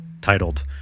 titled